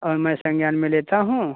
और मैं संज्ञान में लेता हूँ